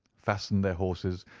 fastened their horses,